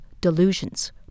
delusions